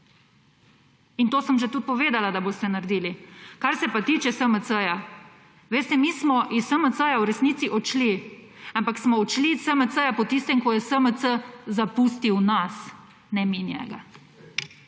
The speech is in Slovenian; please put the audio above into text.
in to sem že tudi povedala, da boste naredili. Kar se pa tiče SMC. Veste mi smo iz SMC v resnici odšli, ampak smo odšli iz SMC po tistem, ko je SMC zapustil nas in ne mi njega.